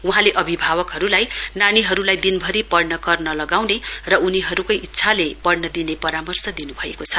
वहाँले अभिभावकहरुलाई नानीहरुलाई दिनभरि पढ़न कर नलगाउने र उनीहरुकै इच्छाले पढ़न दिने परामर्श दिनुभएको छ